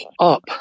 up